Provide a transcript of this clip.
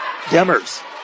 Demers